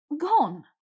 gone